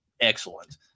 excellent